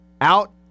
out